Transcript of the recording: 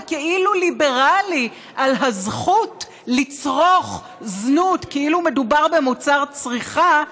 הכאילו-ליברלי על הזכות לצרוך זנות כאילו מדובר במוצר צריכה,